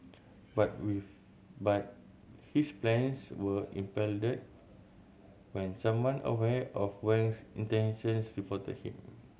but with but his plans were impeded when someone aware of Wang intentions reported him